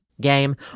game